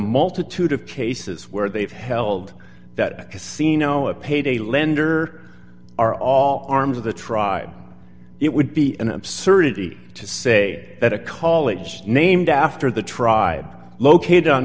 multitude of cases where they've held that casino a payday lender are all arms of the tribe it would be an absurdity to say that a college named after the tribe located on